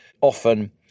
often